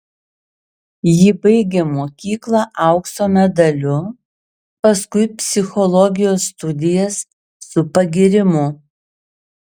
ji baigė mokyklą aukso medaliu paskui psichologijos studijas su pagyrimu